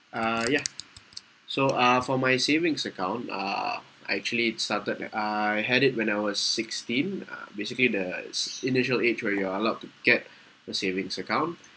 uh ya so uh for my savings account uh I actually started at I had it when I was sixteen ah basically the initial age where you are allowed to get the savings account